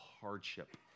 hardship